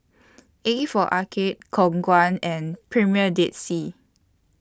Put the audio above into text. A For Arcade Khong Guan and Premier Dead Sea